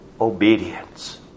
obedience